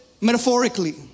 metaphorically